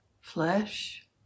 flesh